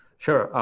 sure,